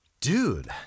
Dude